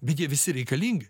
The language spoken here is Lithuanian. bet jie visi reikalingi